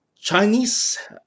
Chinese